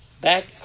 back